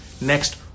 next